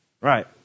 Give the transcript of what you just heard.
Right